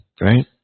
right